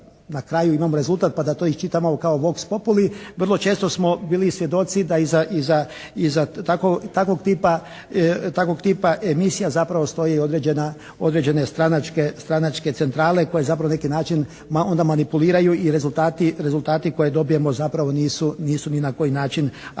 na kraju imamo rezultat pa da to iščitamo kao vox populi. Vrlo često smo bili i svjedoci da iza takvog tipa emisija zapravo stoji određena, određene stranačke centrale koje zapravo na neki način onda manipuliraju i rezultati koje dobijemo zapravo nisu ni na koji način adekvatni